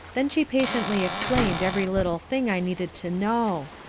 then she patiently explained every little thing i needed to know.